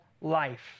life